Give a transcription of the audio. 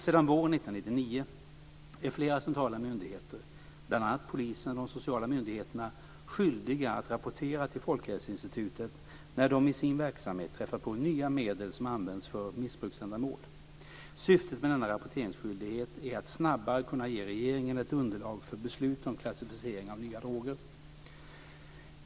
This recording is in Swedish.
Sedan våren 1999 är flera centrala myndigheter, bl.a. polisen och de sociala myndigheterna, skyldiga att rapportera till Folkhälsoinstitutet när de i sin verksamhet träffar på nya medel som används för missbruksändamål. Syftet med denna rapporteringsskyldighet är att snabbare kunna ge regeringen ett underlag för beslut om klassificering av nya droger.